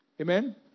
Amen